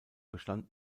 bestand